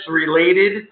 related